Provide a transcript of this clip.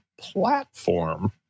platform